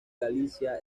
galicia